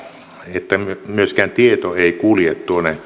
että myöskään tieto ei kulje